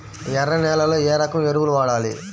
ఎర్ర నేలలో ఏ రకం ఎరువులు వాడాలి?